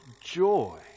joy